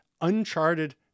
uncharted